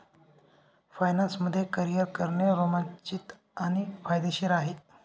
finance मध्ये career करणे रोमांचित आणि फायदेशीर आहे